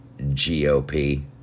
GOP